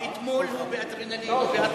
מאתמול הוא באדרנלין, הוא באטרף.